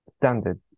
standard